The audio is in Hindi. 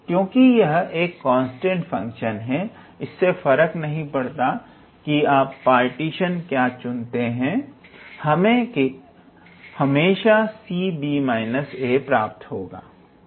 क्योंकि यह एक कांस्टेंट फंक्शन है इससे कोई फर्क नहीं पड़ता कि आप पार्टीशन क्या चुनते हैं हमें हमेशा 𝑐𝑏−𝑎 प्राप्त होगा